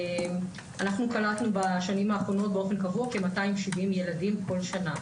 אנחנו קלטנו בשנים האחרונות באופן קבוע כ-270 ילדים בכל שנה.